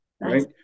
Right